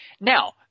Now